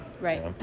right